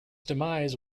demise